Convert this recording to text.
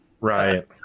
Right